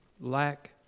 lack